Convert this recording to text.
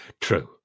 True